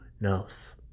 knows